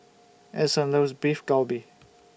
Ason loves Beef Galbi